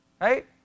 Right